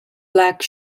black